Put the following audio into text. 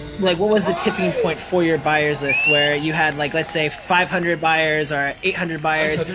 like what was the tipping point for your buyers list where you had, like let's say five hundred buyers or eight hundred buyers,